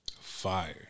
Fire